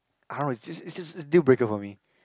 how am I it it's just deal breaker for me